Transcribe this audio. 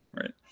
right